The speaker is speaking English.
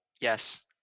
yes